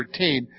13